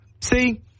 See